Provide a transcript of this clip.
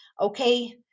Okay